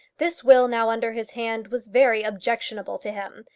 this will now under his hand was very objectionable to him,